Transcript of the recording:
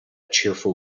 cheerful